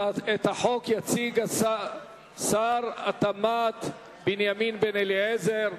את החוק יציג שר התמ"ת בנימין בן-אליעזר.